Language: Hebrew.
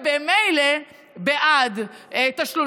שממילא בעד תשלום,